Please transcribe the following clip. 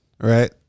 right